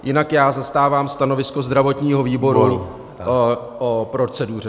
Jinak já zastávám stanovisko zdravotního výboru o proceduře.